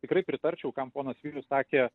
tikrai pritarčiau kam ponas vilius sakė